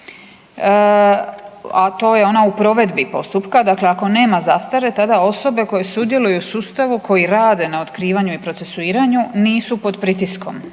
a to je ono u provedbi postupka, dakle ako nema zastare, tada osobe koje sudjeluju u sustavu, koji rade na otkrivanju i procesuiranju nisu pod pritiskom,